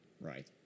Right